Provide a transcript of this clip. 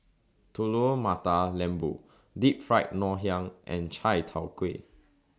Telur Mata Lembu Deep Fried Ngoh Hiang and Chai Tow Kway